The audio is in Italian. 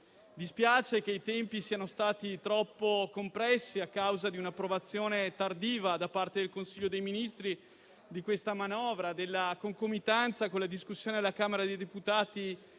Dispiace che i tempi siano stati troppo compressi a causa di un'approvazione tardiva della manovra da parte del Consiglio dei ministri e della concomitanza con la discussione alla Camera dei Deputati